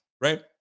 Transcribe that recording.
right